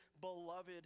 beloved